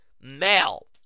male